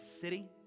city